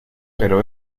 pero